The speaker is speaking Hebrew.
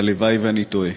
והלוואי שאני טועה.